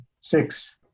six